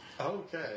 Okay